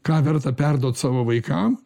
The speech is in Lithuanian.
ką verta perduot savo vaikam